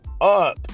up